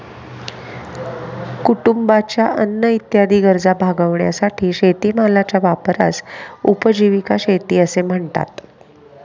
कुटुंबाच्या अन्न इत्यादी गरजा भागविण्यासाठी शेतीमालाच्या वापरास उपजीविका शेती असे म्हणतात